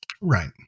Right